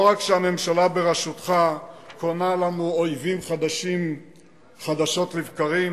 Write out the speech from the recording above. לא רק שהממשלה בראשותך קונה לנו אויבים חדשים חדשות לבקרים,